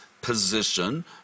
position